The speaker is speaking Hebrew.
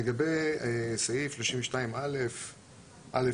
לגבי סעיף 32א(א)(1).